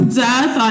death